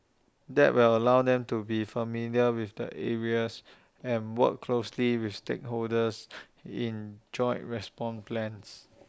that will allow them to be familiar with the areas and work closely with stakeholders in joint response plans